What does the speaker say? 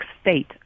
state